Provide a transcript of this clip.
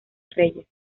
reyes